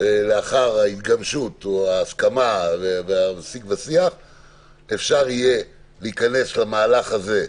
לאחר ההסכמה והשיג ושיח אפשר יהיה להיכנס למהלך הזה,